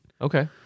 okay